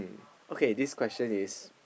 okay this question is